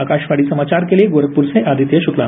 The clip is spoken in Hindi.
आकाशवाणी समाचार के लिए गोरखपुर से आदित्य शुक्ला